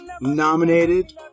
Nominated